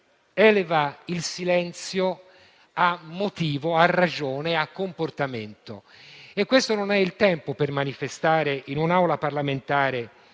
eleva il silenzio a motivo, a ragione, a comportamento. Questo non è il tempo per manifestare in un'Aula parlamentare